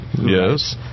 Yes